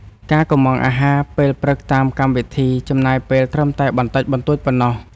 ការកុម្ម៉ង់អាហារពេលព្រឹកតាមកម្មវិធី ចំណាយពេលត្រឹមតែបន្តិចបន្តួចប៉ុណ្ណោះ។